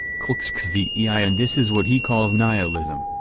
clxxviii and this is what he calls nihilism.